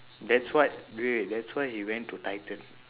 that's what wait wait that's why he went to titan